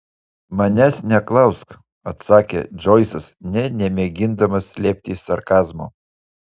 manęs neklausk atsakė džoisas nė nemėgindamas slėpti sarkazmo